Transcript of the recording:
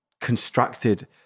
constructed